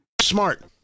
Smart